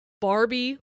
Barbie